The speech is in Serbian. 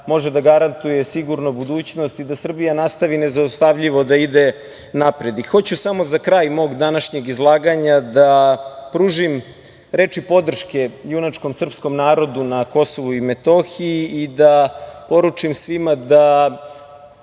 može da garantuje sigurnu budućnost i da Srbija nastavi nezaustavljivo da ide napred. Hoću samo za kraj mog današnjeg izlaganja da pružim reči podrške junačkom srpskom narodu na Kosovu i Metohiji i da poručim svima da